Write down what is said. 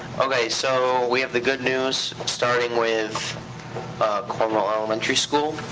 okay, so we have the good news starting with cornwall elementary school.